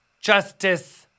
justice